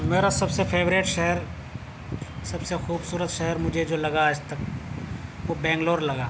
میرا سب فیورٹ شہر سب سے خوبصورت شہر مجھے جو لگا آج تک وہ بنگلور لگا